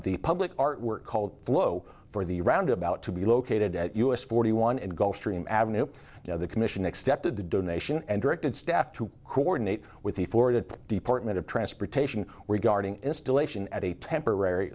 the public artwork called flow for the roundabout to be located at u s forty one and gulf stream avenue the commission excepted the donation and directed staff to coordinate with the florida department of transportation regarding installation at a temporary